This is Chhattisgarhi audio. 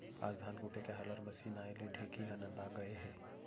आज धान कूटे के हालर मसीन आए ले ढेंकी ह नंदा गए हे